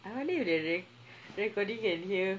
I wonder if the rec~ recording can hear